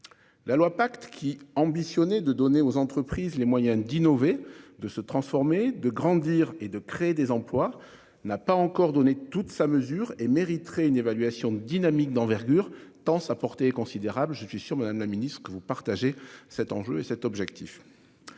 La loi pacte qui ambitionnait de donner aux entreprises les moyens d'innover, de se transformer de grandir et de créer des emplois n'a pas encore donné toute sa mesure et mériterait une évaluation de dynamique d'envergure tant sa portée considérable. Je suis sûre Madame la Ministre que vous partagez cet enjeu et cet objectif.